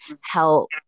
help